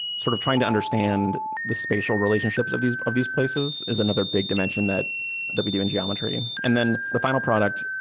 sort of trying to understand the spatial relationships of these of these places is another big dimension that that we do in geometry. and then the final product,